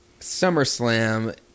SummerSlam